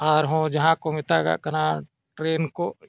ᱟᱨᱦᱚᱸ ᱡᱟᱦᱟᱸ ᱠᱚ ᱢᱮᱛᱟᱜ ᱠᱟᱱᱟ ᱴᱨᱮᱱ ᱠᱚ